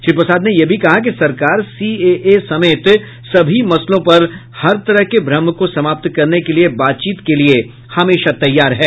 श्री प्रसाद ने यह भी कहा कि सरकार सीएए समेत सभी मसलों पर हर तरह के भ्रम को समाप्त करने के लिये बातचीत के लिये हमेशा तैयार है